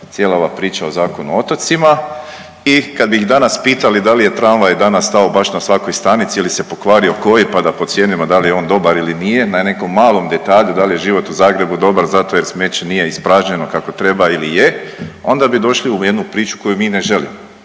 cijela ova priča o Zakonu o otocima i kad bi ih danas pitali da li je tramvaj danas stao baš na svakoj stanici ili se pokvario koji pa da procjenjujemo da li je on dobar ili nije na nekom malom detalju da li je život u Zagrebu dobar zato jer smeće nije ispražnjeno kako treba ili je, onda bi došli u jednu priču koju mi ne želimo.